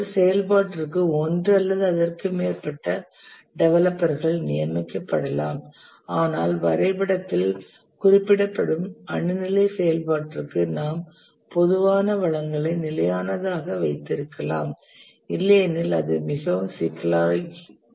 ஒரு செயல்பாட்டிற்கு ஒன்று அல்லது அதற்கு மேற்பட்ட டெவலப்பர்கள் நியமிக்கப்படலாம் ஆனால் வரைபடத்தில் குறிப்பிடப்படும் அணு நிலை செயல்பாட்டிற்கு நாம் பொதுவாக வளங்களை நிலையானதாக வைத்திருக்கலாம் இல்லையெனில் அது மிகவும் சிக்கலானதாகிவிடும்